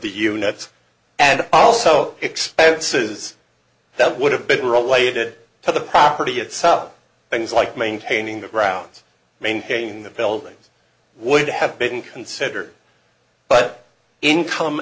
the units and also expenses that would have been related to the property itself up things like maintaining the grounds maintaining the buildings would have been considered but income